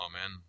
Amen